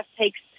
takes